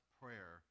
prayer